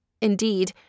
Indeed